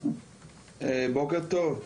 בוקר טוב,